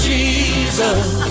Jesus